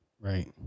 Right